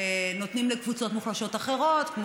נותנים לקבוצות מוחלשות אחרות,